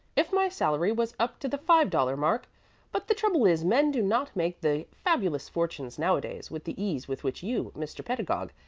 if my salary was up to the five dollars mark but the trouble is men do not make the fabulous fortunes nowadays with the ease with which you, mr. pedagog,